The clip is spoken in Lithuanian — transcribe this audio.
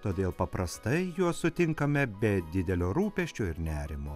todėl paprastai juos sutinkame be didelio rūpesčio ir nerimo